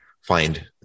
find